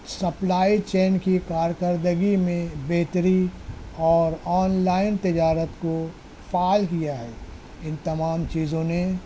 supply chain کی کارکردگی میں بہتری اور آن لائن تجارت کو فعال کیا ہے ان تمام چیزوں نے